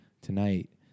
tonight